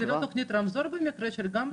זה לא תוכנית רמזור במקרה, של גמזו?